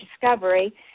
Discovery